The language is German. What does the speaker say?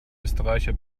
österreicher